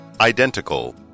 Identical